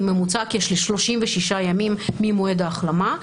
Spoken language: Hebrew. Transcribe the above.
עם ממוצע של כ-36 ימים ממועד ההחלמה.